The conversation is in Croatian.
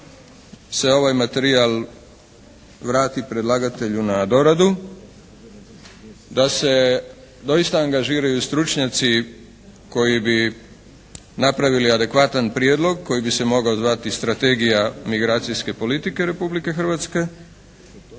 se ovaj materijal vrati predlagatelju na doradu, da se doista angažiraju stručnjaci koji bi napravili adekvatan prijedlog, koji bi se mogao zvati Strategija migracijske politike Republike Hrvatske,